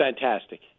fantastic